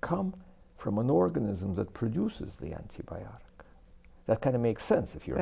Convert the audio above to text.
come from an organism that produces the antibiotic that kind of makes sense if you